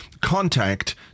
contact